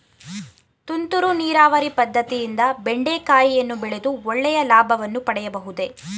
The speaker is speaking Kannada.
ತುಂತುರು ನೀರಾವರಿ ಪದ್ದತಿಯಿಂದ ಬೆಂಡೆಕಾಯಿಯನ್ನು ಬೆಳೆದು ಒಳ್ಳೆಯ ಲಾಭವನ್ನು ಪಡೆಯಬಹುದೇ?